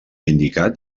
indicat